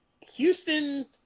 Houston